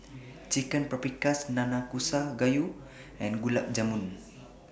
Chicken Paprikas Nanakusa Gayu and Gulab Jamun